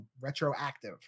retroactive